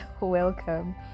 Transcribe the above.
welcome